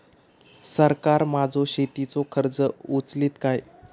सरकार माझो शेतीचो खर्च उचलीत काय?